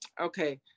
Okay